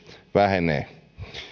vähenee